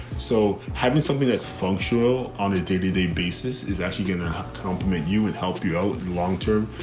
so having something that's functional on a day to day basis is actually gonna compliment you and help you out in the longterm.